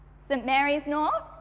st marys north.